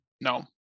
No